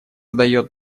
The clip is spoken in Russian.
дает